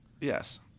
Yes